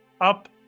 up